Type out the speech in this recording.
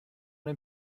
dem